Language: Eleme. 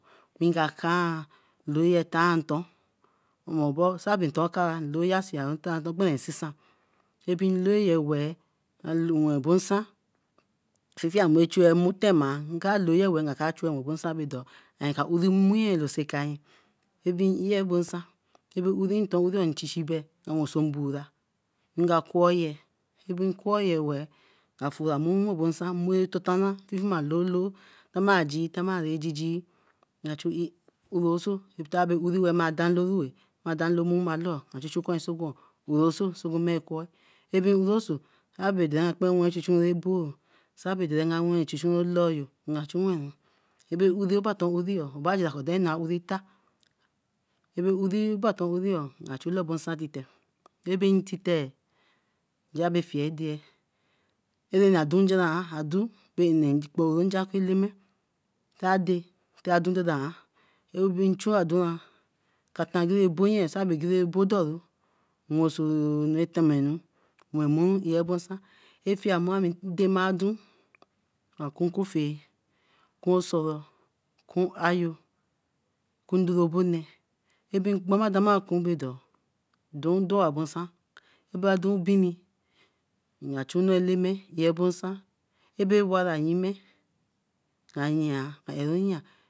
Rein ga kai, loiye tai nton tai ami ton akara, in loiya siaru-tai-nton beren insisan Ebin looye weer, a lowen bo nsan fiefiamuru chue mmu tema. Nka looye weeh nka chuey wen bo san bodo, ayen ka uri muye lo sai kayen. Abi eyen bosan, nga wen so mbuo ra, nga quor ye, tinbin quor ye weeh, afura mu wen bo nsan mmuru ra tata nah lolo tama jii tama ra jiji, nga chu uroso nton abbey uri weey ma dan loruo, ma dan baloor ma chu chu quonsogu ura oso quor. saibe uroso abe dan akpenwa a chu chu aboor sabe daren wen loor nga chu wenru. Abe uri, abator uri, mba gera danu a uri ta. Abe uri bator uri eo, nga chu lobo nsan tite. Abi ntute oo nja abere fia ra deye. Abe a dun nja adun ekporonja Eleme. Ade adun dandan aran, ra be chu aduan ka tan abo ye tore abo doru woso anu ra tamanu wen mmu eer bo nsan. Efiamuru ami dama adun akun kofea kun soro kun ayo kun doro benye abin kpomadama kun baedow dun doer abo nsan bra adun bini nga chu nmu Eleme wen bo nsan wayba wara yime nka yia eru yia